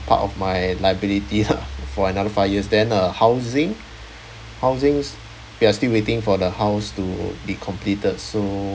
part of my liability for another five years then uh housing housings we are still waiting for the house to be completed so